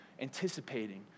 anticipating